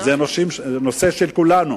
זה נושא של כולנו.